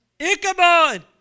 Ichabod